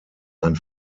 ein